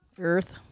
Earth